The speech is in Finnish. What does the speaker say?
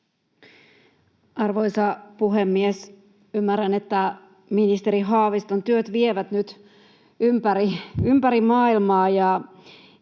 Arvoisa puhemies! Ymmärrän, että ministeri Haaviston työt vievät nyt ympäri maailmaa,